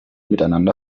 miteinander